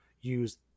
use